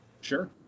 sure